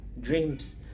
dreams